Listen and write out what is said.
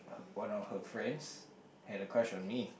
one of her friends had a crush on me